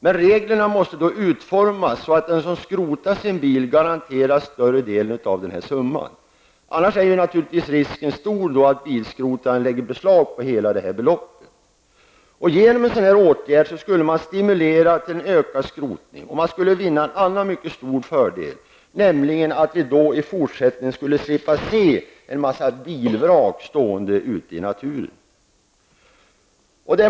Men reglerna måste då utformas så att den som skrotar sin bil garanteras större delen av summan. Annars är ju naturligtvis risken stor att bilskrotaren lägger beslag på hela beloppet. Genom en sådan åtgärd skulle man stimulera till en ökad skrotning, och man skulle vinna en annan mycket stor fördel, nämligen att vi i fortsättningen skulle slippa se bilvrak ute i naturen.